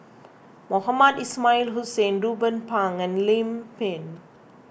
Mohamed Ismail Hussain Ruben Pang and Lim Pin